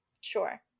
sure